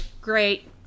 Great